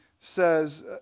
says